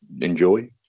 enjoy